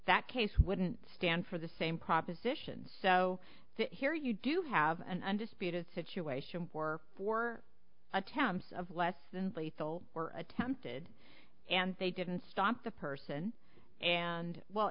that case wouldn't stand for the same proposition so here you do have an undisputed situation for four attempts of less than lethal or attempted and they didn't stop the person and well